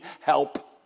help